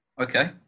Okay